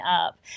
up